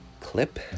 Clip